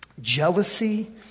Jealousy